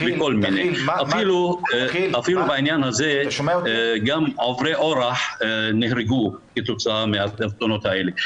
אפילו גם עוברי אורח נהרגו כתוצאה מהתאונות האלה.